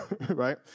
right